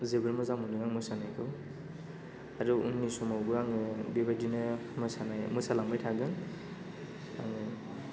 जोबोद मोजां मोनो आं मोसानायखौ आरो उननि समावबो आङो बेबायदिनो मोसालांबाय थागोन आं